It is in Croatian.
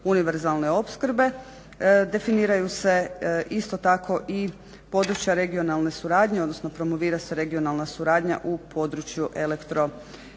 univerzalne opskrbe, definiraju se isto tako i područja regionalne suradnje, odnosno promovira se regionalna suradnja u području elektroenergetike